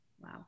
Wow